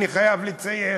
אני חייב לציין,